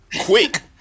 Quick